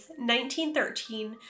1913